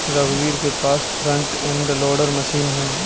रघुवीर के पास फ्रंट एंड लोडर मशीन है